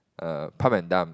err pump and dump